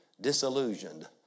disillusioned